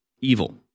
evil